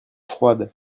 froide